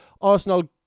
Arsenal